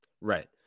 Right